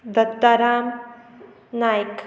Dattaram Naik